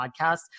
podcast